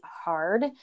hard